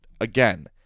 again